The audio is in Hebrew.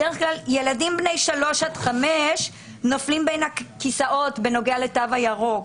בדרך כלל ילדים בני שלוש עד חמש נופלים בין הכיסאות בנוגע לתו הירוק.